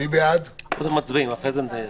בעד,